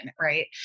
right